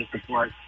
support